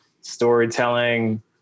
storytelling